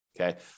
okay